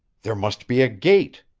there must be a gate,